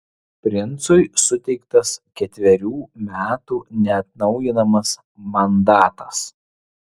princui suteiktas ketverių metų neatnaujinamas mandatas